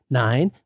nine